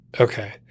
Okay